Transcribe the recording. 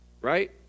Right